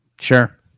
Sure